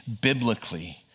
biblically